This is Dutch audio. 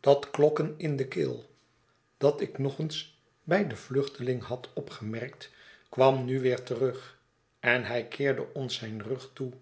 dat klokken in de keel dat ik nog eens bij den vluchteling had opgemerkt kwam nu weer terug en hij keerde ons zijn rug toe